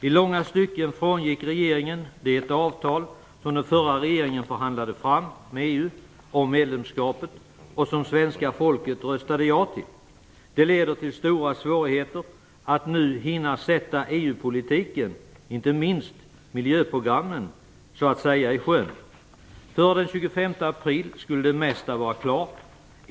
I långa stycken frångick regeringen det avtal som den förra regeringen förhandlade fram med EU om medlemskapet och som svenska folket röstade ja till. Det leder till stora svårigheter att i tid hinna sätta EU politiken i sjön, inte minst vad gäller miljöprogrammen. Före den 25 april skall det mesta vara klart.